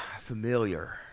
familiar